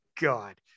God